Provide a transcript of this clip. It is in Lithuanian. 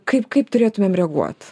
kaip kaip turėtumėm reaguot